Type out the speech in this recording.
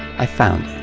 i found